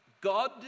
God